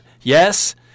yes